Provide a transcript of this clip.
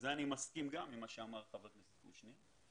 כאן אני מסכים עם מה שאמר חבר הכנסת קושניר.